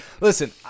listen